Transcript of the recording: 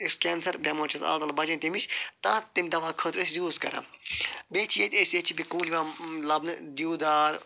یُس کینسَر بٮ۪مٲرۍ چھِ اللہ تعالیٰ بچٲوٕنۍ تَمہِ نِش تَتھ تَمہِ دوا خٲطرٕ ٲسۍ یوٗز کران بیٚیہِ چھِ ییٚتہِ أسۍ ییٚتہِ چھِ بیٚیہِ کُلۍ یِوان لَبنہٕ دِودار